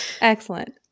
Excellent